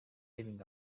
living